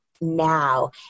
now